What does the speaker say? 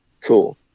Cool